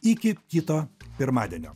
iki kito pirmadienio